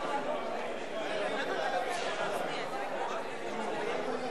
אי-אמון בממשלה לא נתקבלה.